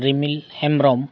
Rimil Hembrom